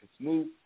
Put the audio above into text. Smooth